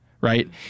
right